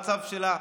המצב שלה,